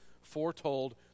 foretold